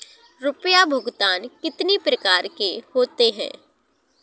रुपया भुगतान कितनी प्रकार के होते हैं?